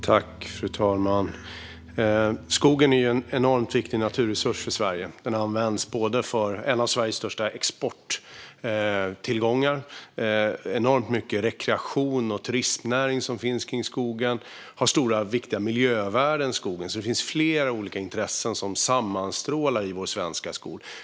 Fru talman! Skogen är en enormt viktig naturresurs för Sverige. Den är en av Sveriges största exporttillgångar, den är viktig för rekreation och turismnäring och den har stora och viktiga miljövärden. Det är alltså flera olika intressen som sammanstrålar i vår svenska skog.